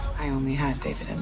i only had david and